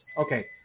Okay